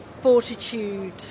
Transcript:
fortitude